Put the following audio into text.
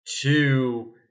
two